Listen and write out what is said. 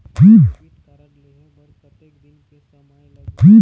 Debit card लेहे बर कतेक दिन के समय लगही?